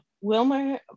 Wilmer